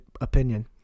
opinion